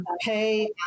Pay